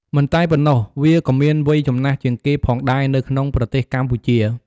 មិនតែប៉ុណ្ណោះ វាក៏មានវ័យចំណាស់ជាងគេផងដែរនៅក្នុងប្រទេសកម្ពុជា។